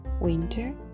Winter